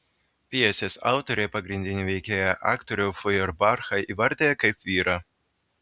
pjesės autoriai pagrindinį veikėją aktorių fojerbachą įvardija kaip vyrą